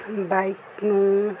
bike ਨੂੰ